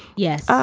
yes.